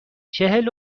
چهل